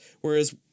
Whereas